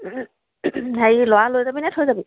হেৰি ল'ৰা লৈ যাবিনে থৈ যাবি